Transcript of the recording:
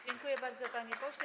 Dziękuję bardzo, panie pośle.